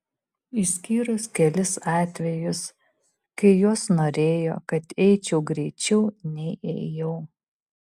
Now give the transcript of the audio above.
išskyrus kelis atvejus kai jos norėjo kad eičiau greičiau nei ėjau